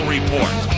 Report